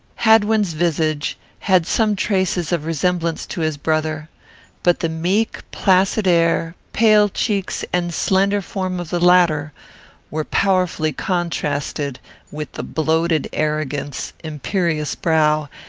hadwin's visage had some traces of resemblance to his brother but the meek, placid air, pale cheeks, and slender form of the latter were powerfully contrasted with the bloated arrogance, imperious brow,